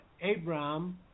Abraham